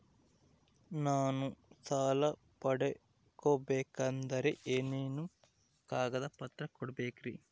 ನಾನು ಸಾಲ ಪಡಕೋಬೇಕಂದರೆ ಏನೇನು ಕಾಗದ ಪತ್ರ ಕೋಡಬೇಕ್ರಿ?